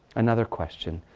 another question.